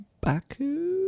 Baku